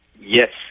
yes